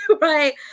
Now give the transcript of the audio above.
right